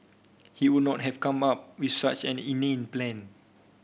he would not have come up with such an inane plan